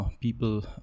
people